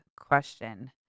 question